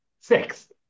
Six